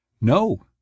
No